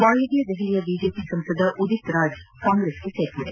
ವಾಯವ್ಯ ದೆಹಲಿಯ ಬಿಜೆಪಿ ಸಂಸದ ಉದಿತ್ರಾಜ್ ಕಾಂಗೆಸ್ ಸೇರ್ಪಡೆ